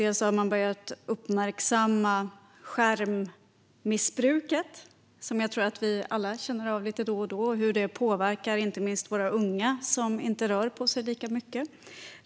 Man har börjat uppmärksamma skärmmissbruket - jag tror att vi alla lite då och då känner av hur detta påverkar inte minst våra unga, som inte längre rör på sig lika mycket.